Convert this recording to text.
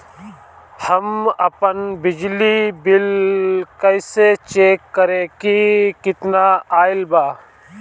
हम आपन बिजली बिल कइसे चेक करि की केतना आइल बा?